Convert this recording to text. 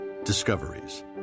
Discoveries